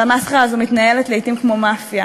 והמסחרה הזו מתנהלת לעתים כמו מאפיה,